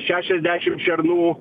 šešiasdešim šernų